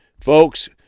Folks